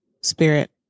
spirit